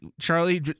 Charlie